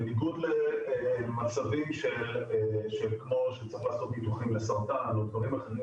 בניגוד למצבים שכמו שצריך לעשות ניתוחים לסרטן או דברים אחרים